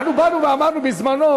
באנו ואמרנו בזמננו,